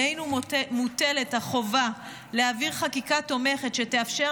עלינו מוטלת החובה להעביר חקיקה תומכת שתאפשר